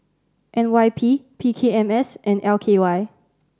N Y P P K M S and L K Y